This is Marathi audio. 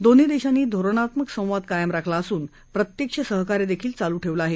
दोन्ही देशांनी धोरणात्मक संवाद कायम राखला असून प्रत्यक्ष सहकार्यही चालू ठेवलं आहे